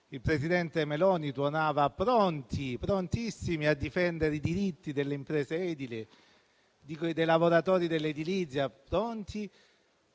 il presidente Meloni tuonava che eravate pronti, prontissimi a difendere i diritti delle imprese edili, dei lavoratori dell'edilizia; pronti